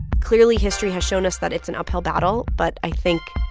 clearly, history has shown us that it's an uphill battle, but i think,